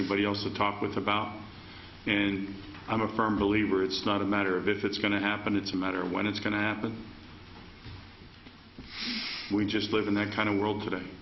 anybody else to talk with about and i'm a firm believer it's not a matter of if it's going to happen it's a matter when it's going to happen we just live in that kind of world today